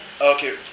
Okay